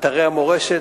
אתרי המורשת.